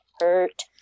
hurt